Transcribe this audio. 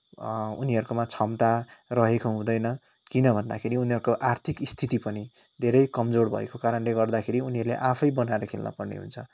उनीहरूकोमा क्षमता रहेको हुँदैन किन भन्दाखेरि उनीहरूको आर्थिक स्थिति पनि धेरै कमजोर भएको कारणले गर्दाखेरि उनीहरूले आफै बनाएर खेल्नपर्ने हुन्छ